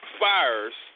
fires